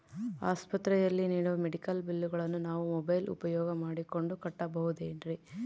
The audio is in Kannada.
ಆಸ್ಪತ್ರೆಯಲ್ಲಿ ನೇಡೋ ಮೆಡಿಕಲ್ ಬಿಲ್ಲುಗಳನ್ನು ನಾವು ಮೋಬ್ಯೆಲ್ ಉಪಯೋಗ ಮಾಡಿಕೊಂಡು ಕಟ್ಟಬಹುದೇನ್ರಿ?